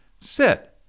Sit